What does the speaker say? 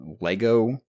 Lego